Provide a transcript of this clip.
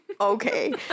okay